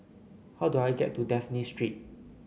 how do I get to Dafne Street